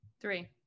Three